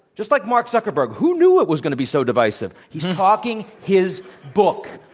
just like mark zuckerberg. who knew it was going to be so divisive? he's talking his book.